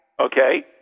Okay